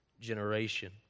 generation